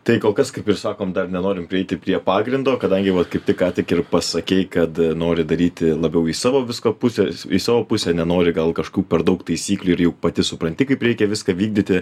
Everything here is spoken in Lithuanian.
tai kol kas kaip ir sakom dar nenorim prieiti prie pagrindo kadangi va kaip tik ką tik ir pasakei kad nori daryti labiau į savo visko pusę į savo pusę nenori gal kažkokių per daug taisyklių ir juk pati supranti kaip reikia viską vykdyti